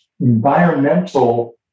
environmental